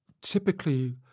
typically